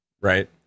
right